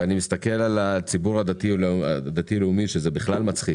ואני מסתכל על הציבור הדתי לאומי שזה בכלל מצחיק